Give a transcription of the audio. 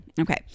Okay